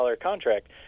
contract